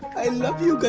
i love you